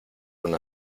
una